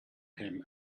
him